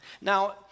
Now